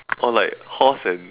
or like horse and